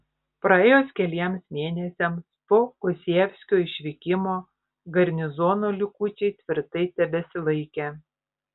praėjus keliems mėnesiams po gosievskio išvykimo garnizono likučiai tvirtai tebesilaikė